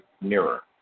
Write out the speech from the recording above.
mirror